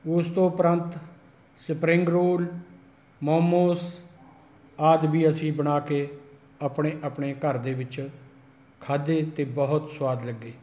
ਉਸ ਤੋਂ ਉਪਰੰਤ ਸਪਰਿੰਗ ਰੋਲ ਮੋਮੋਸ ਆਦਿ ਵੀ ਅਸੀਂ ਬਣਾ ਕੇ ਆਪਣੇ ਆਪਣੇ ਘਰ ਦੇ ਵਿੱਚ ਖਾਧੇ ਅਤੇ ਬਹੁਤ ਸਵਾਦ ਲੱਗੇ